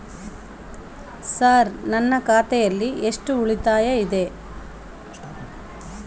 Sir ನನ್ನ ಖಾತೆಯಲ್ಲಿ ಎಷ್ಟು ಉಳಿತಾಯ ಇದೆ?